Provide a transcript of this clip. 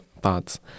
thoughts